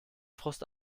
frust